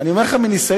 אני אומר לכם מניסיון,